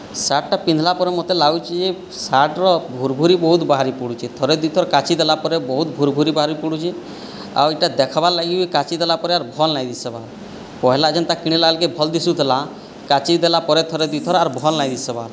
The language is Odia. ସାର୍ଟଟା ପିନ୍ଧିଲା ପରେ ମୋତେ ଲାଗୁଛିଯେ ସାର୍ଟର ଭୁରଭୁରି ବହୁତ ବାହାରି ପଡ଼ୁଛି ଥରେ ଦୁଇ ଥର କାଚି ଦେଲା ପରେ ବହୁତ ଭୁରଭୁରି ବାହାରି ପଡ଼ୁଛି ଆଉ ଏଇଟା ଦେଖାଇବାର ଲାଗି ବି କାଚି ଦେଲା ପରେ ଆର୍ ଭଲ ନାହିଁ ଦିଶିବାର ପହିଲା ଯେମିତିଆ କିଣିଲା ବେଳକୁ ଭଲ ଦିଶୁଥିଲା କାଚି ଦେଲା ପରେ ଥରେ ଦୁଇଥର ଆର୍ ଭଲ ନାହିଁ ଦିଶିବାର